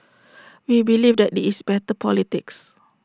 we believe that this is better politics